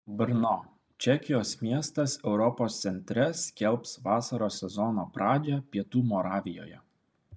brno čekijos miestas europos centre skelbs vasaros sezono pradžią pietų moravijoje